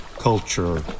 culture